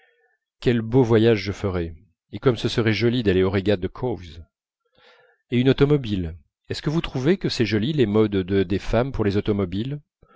quels beaux voyages je ferais et comme ce serait joli d'aller aux régates de cowes et une automobile est-ce que vous trouvez que c'est joli les modes des femmes pour les automobiles